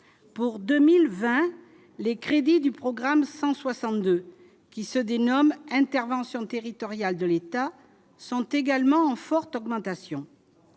pour 2020 les crédits du programme 162 qui se dénomme Interventions territoriales de l'État sont également en forte augmentation,